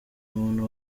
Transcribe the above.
muntu